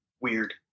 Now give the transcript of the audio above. weird